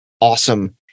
awesome